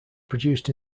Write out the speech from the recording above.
produced